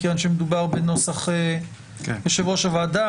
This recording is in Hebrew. מכיוון שמדובר בנוסח יושב-ראש הוועדה.